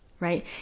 Right